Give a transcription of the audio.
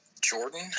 Jordan